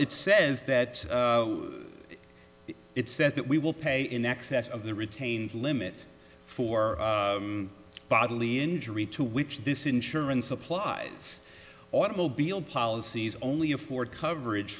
it says that it says that we will pay in excess of the retained limit for bodily injury to which this insurance applies automobile policies only afford coverage